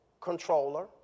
controller